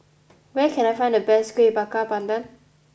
where can I find the best Kueh Bakar Pandan